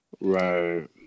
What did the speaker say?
Right